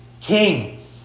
king